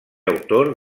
autor